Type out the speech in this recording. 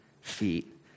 feet